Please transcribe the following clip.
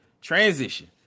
transition